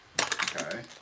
Okay